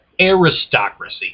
aristocracy